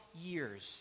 years